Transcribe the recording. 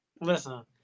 listen